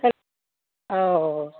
হেল্ অঁ